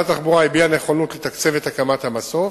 משרד התחבורה הביע נכונות לתקצב את הקמת המסוף,